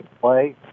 play